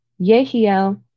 Yehiel